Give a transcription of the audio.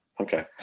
okay